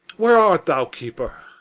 where art thou, keeper?